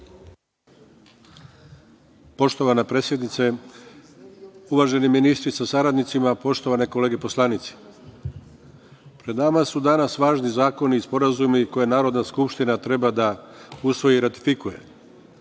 Poštovana predsednice, uvaženi ministri sa saradnicima, poštovane kolege poslanici. Pred nama su danas važni zakoni i sporazumi koje Narodna skupština treba da usvoji i ratifikuje.